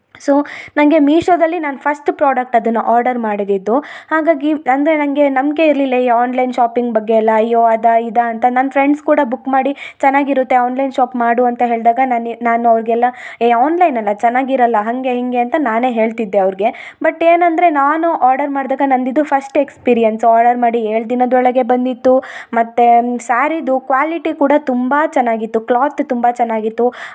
so ನಂಗೆ ಮೀಶೊದಲ್ಲಿ ನಾನು ಫಸ್ಟ್ ಪ್ರಾಡಕ್ಟ್ ಅದನ್ನು ಆರ್ಡರ್ ಮಾಡಿದಿದ್ದು ಹಾಗಾಗಿ ಅಂದರೆ ನಂಗೆ ನಂಬಿಕೆ ಇರಲಿಲ್ಲ ಈ ಆನ್ಲೈನ್ ಶಾಪಿಂಗ್ ಬಗ್ಗೆ ಎಲ್ಲ ಅಯ್ಯೊ ಅದಾ ಇದಾ ಅಂತ ನನ್ನ ಫ್ರೆಂಡ್ಸ್ ಕೂಡ ಬುಕ್ ಮಾಡಿ ಚೆನ್ನಾಗಿರುತ್ತೆ ಆನ್ಲೈನ್ ಶಾಪ್ ಮಾಡು ಅಂತ ಹೇಳಿದಾಗ ನಾನು ನಾನು ಅವ್ರಿಗೆಲ್ಲ ಏ ಆನ್ಲೈನಲ್ಲ ಚೆನ್ನಾಗಿರಲ್ಲ ಹಂಗೆ ಹಿಂಗೆ ಅಂತ ನಾನೇ ಹೇಳ್ತಿದ್ದೆ ಅವ್ರಿಗೆ ಬಟ್ ಏನಂದರೆ ನಾನು ಆರ್ಡರ್ ಮಾಡಿದಾಗ ನಂದು ಇದು first time first experience order ಮಾಡಿ ಏಳು ದಿನದ ಒಳಗೆ ಬಂದಿದ್ದು ಮತ್ತು ಸ್ಯಾರಿದು ಕ್ವಾಲಿಟಿ ಕೂಡ ತುಂಬ ಚೆನ್ನಾಗಿತ್ತು ಕ್ಲಾತ್ ತುಂಬ ಚೆನ್ನಾಗಿತ್ತು